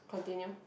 continue